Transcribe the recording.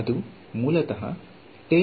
ಅದು ಮೂಲತಃ ಟೇಲರ್ನ ಪ್ರಮೇಯTaylor's theorem